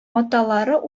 аталары